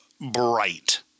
bright